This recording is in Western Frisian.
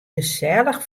gesellich